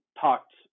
talked